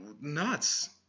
nuts